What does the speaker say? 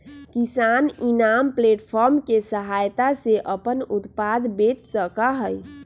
किसान e-NAM platform के सहायता से अपन उत्पाद बेच सका हई